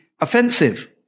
offensive